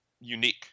unique